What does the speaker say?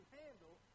handle